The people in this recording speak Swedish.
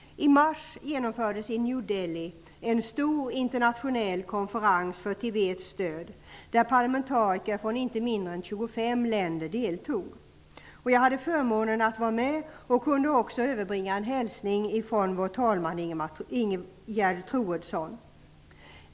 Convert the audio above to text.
I mars genomfördes i New Delhi en stor internationell konferens för Tibets stöd, där parlamentariker från inte mindre än 25 länder deltog. Jag hade förmånen att vara med och kunde också överbringa en hälsning från vår talman Ingegerd Troedsson.